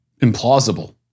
implausible